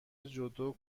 جودو